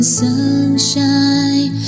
sunshine